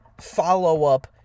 follow-up